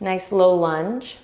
a nice low lunge.